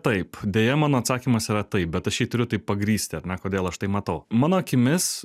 taip deja mano atsakymas yra taip bet aš jį turiu taip pagrįsti ar ne kodėl aš tai matau mano akimis